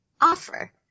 offer